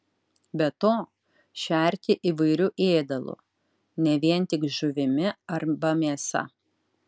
be to šerti įvairiu ėdalu ne vien tik žuvimi arba mėsa